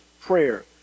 prayer